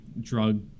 drug